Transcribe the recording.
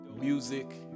music